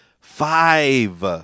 five